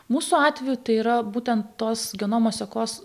mūsų atveju tai yra būtent tos genomo sekos